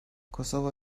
kosova